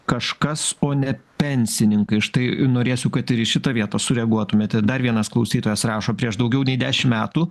kažkas o ne pensininkai štai norėsiu kad ir į šitą vietą sureaguotumėte dar vienas klausytojas rašo prieš daugiau nei dešim metų